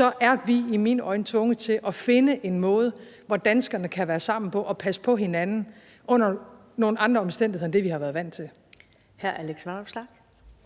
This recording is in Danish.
er vi i mine øjne tvunget til at finde en måde, som danskerne kan være sammen på og passe på hinanden på under nogle andre omstændigheder end det, vi har været vant til.